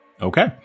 Okay